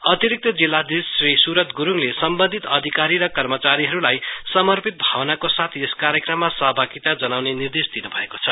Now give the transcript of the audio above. अतिरिक्त जिल्लाधीश श्री सुरत गुरुङले सम्बन्धित अधिकारी र कर्मचारीहरुलाई समर्पित भावनाको साथ यस कार्यक्रममा सहभागिता जनाउने निदेश दिनुभएको छ